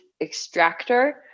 extractor